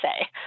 say